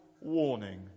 warning